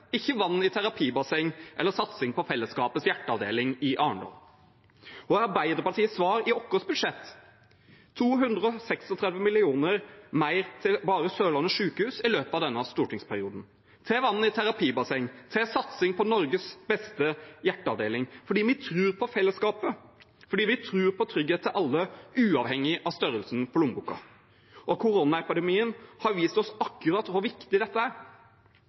ikke vann i terapibasseng eller satsing på fellesskapets hjerteavdeling i Arendal. Hva er Arbeiderpartiets svar i vårt budsjett? 236 mill. kr mer til bare Sørlandet sykehus i løpet av denne stortingsperioden – til vann i terapibasseng, til satsing på Norges beste hjerteavdeling, fordi vi tror på fellesskapet, fordi vi tror på trygghet for alle uavhengig av størrelsen på lommeboken. Koronaepidemien har vist oss akkurat hvor viktig dette er.